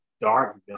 dark